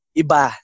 iba